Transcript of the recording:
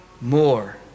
more